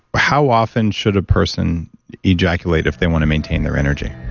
how often should a person ejaculate if they want to maintain their energy?